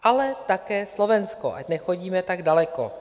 Ale také Slovensko, ať nechodíme tak daleko.